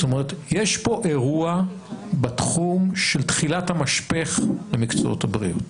זאת אומרת יש פה אירוע בתחום של תחילת המשפך במקצועות הבריאות.